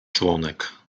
członek